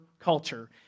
culture